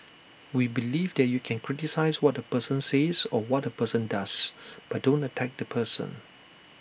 we believe that you can criticise what A person says or what A person does but don't attack the person